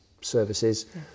services